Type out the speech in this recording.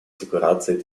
декларации